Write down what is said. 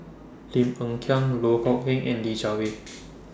Lim Hng Kiang Loh Kok Heng and Li Jiawei